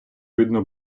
видно